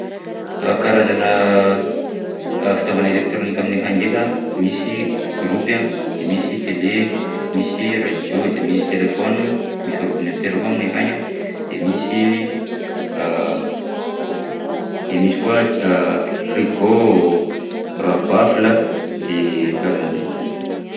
Ah karazana fitaovana elôktrônika aminay akagny ndraika: misy groupe a, de misy tele, misy radio de misy telefaonina, misy ordinatera koa aminay akagny a, de misy de misy koa frigo, bafla de karahan'zay.